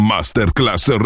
Masterclass